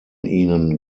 ihnen